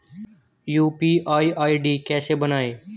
UPI ID कैसे बनाएं?